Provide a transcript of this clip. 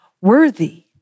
worthy